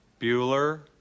Bueller